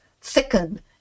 thicken